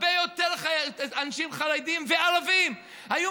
הרבה יותר אנשים חרדים וערבים היו